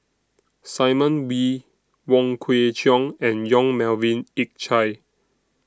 Simon Wee Wong Kwei Cheong and Yong Melvin Yik Chye